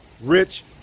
rich